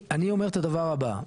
הדבר הבא,